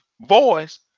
voice